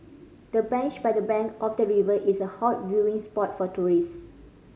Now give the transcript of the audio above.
the bench by the bank of the river is a hot viewing spot for tourist